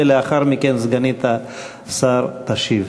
ולאחר מכן סגנית השר תשיב.